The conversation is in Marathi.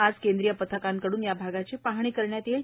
आज केंद्रीय पथकाकडून या भागाची पाहणी करण्यात येणार आहे